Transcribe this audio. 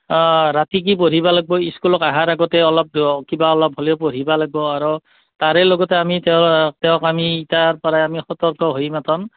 অ ৰাতি কি পঢ়িব লাগিব স্কুলত অহাৰ আগতে অলপ কিবা অলপ হ'লেও পঢ়িব লাগিব আৰু তাৰে লগতে আমি তেওঁক তেওঁক আমি এতিয়াৰ পৰা আমি সতৰ্ক হৈ নাপাম